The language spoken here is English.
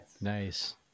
nice